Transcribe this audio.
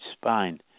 spine